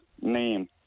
name